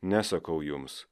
ne sakau jums